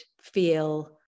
feel